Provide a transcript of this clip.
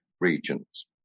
regions